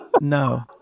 no